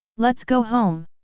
let's go home!